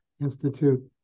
institute